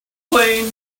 plane